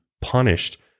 punished